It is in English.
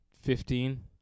Fifteen